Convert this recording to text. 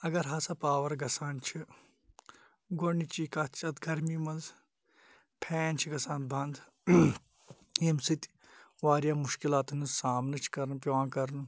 اَگَر ہَسا پَاوَر گَژھان چھِ گۄڈنِچِی کَتھ چھِ اتھ گَرمی مَنٛز پھین چھِ گَژھان بَنٛد ییٚمہِ سۭتۍ واریاہ مُشکِلاتَن ہٕنٛد سامنہٕ چھُ کَرُن پیٚوان کَرُن